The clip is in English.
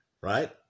Right